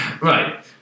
right